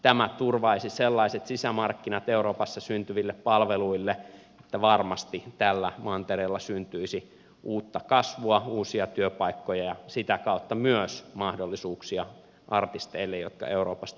tämä turvaisi sellaiset sisämarkkinat euroopassa syntyville palveluille että varmasti tällä mantereella syntyisi uutta kasvua uusia työpaikkoja ja sitä kautta myös mahdollisuuksia artisteille jotka euroopasta ponnistavat